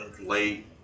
Late